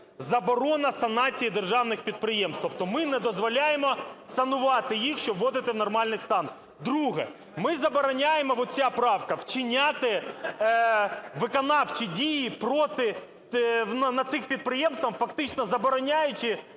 Заборона санації державних підприємств, тобто ми не дозволяємо санувати їх, щоб вводити в нормальний стан. Друге. Ми забороняємо, ця правка, вчиняти виконавчі дії проти… на цих підприємствах, фактично забороняючи